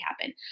happen